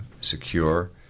secure